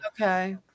okay